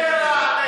לנואם.